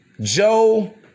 Joe